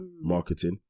marketing